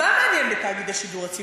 מה מעניין בתאגיד השידור הציבורי?